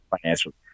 financially